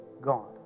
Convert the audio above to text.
God